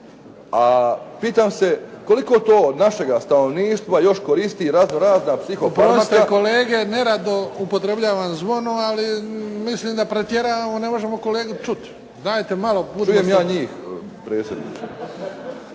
A pitam se koliko to od našega stanovništva još koristi i razno razna … …/Upadica: Oprostite kolege, nerado upotrebljavam zvono, ali mislim da pretjerujemo, ne možemo kolegu čuti, dajte malo budite./… Čujem ja njih predsjedniče!